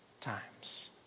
times